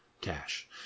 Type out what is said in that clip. Cash